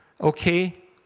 okay